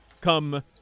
come